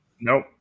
Nope